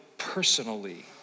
personally